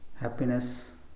Happiness